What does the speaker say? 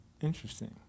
Interesting